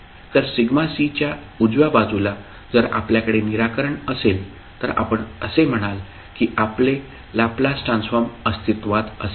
तर σc च्या उजव्या बाजूला जर आपल्याकडे निराकरण असेल तर आपण असे म्हणाल की आपले लॅपलास ट्रान्सफॉर्म अस्तित्वात असेल